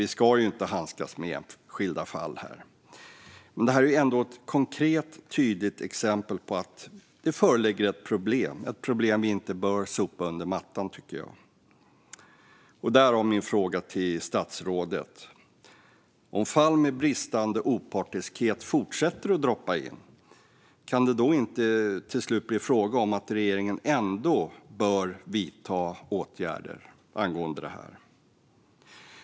Vi ska inte handskas med enskilda fall här. Men detta är ändå ett konkret och tydligt exempel på att det föreligger ett problem. Det är ett problem som vi inte bör sopa under mattan, tycker jag - därav min fråga till statsrådet. Om fall med bristande opartiskhet fortsätter att droppa in, kan det då inte till slut bli fråga om att regeringen ändå bör vidta åtgärder angående det här?